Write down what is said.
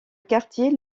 quartier